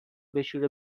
بشوره